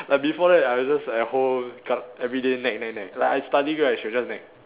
but before that I will just at home c~ everyday nag nag nag like I studying right she'll just nag